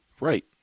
Right